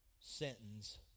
sentence